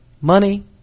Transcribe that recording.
money